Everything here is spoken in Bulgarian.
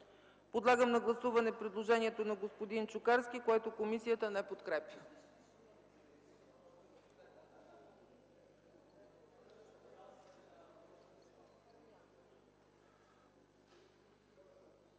Подлагам на гласуване предложението на господин Чукарски, което комисията не подкрепя.